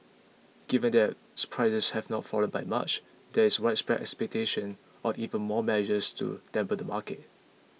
given that prices have not fallen by much there is widespread expectation of even more measures to dampen the market